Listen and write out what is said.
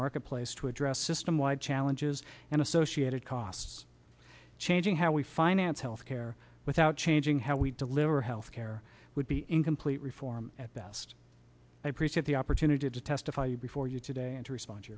marketplace to address system wide challenges and associated costs changing how we finance health care without changing how we deliver health care would be incomplete reform at best i appreciate the opportunity to testify before you today and to respond to